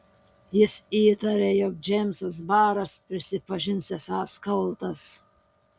jis įtarė jog džeimsas baras prisipažins esąs kaltas